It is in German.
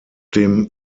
dem